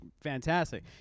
Fantastic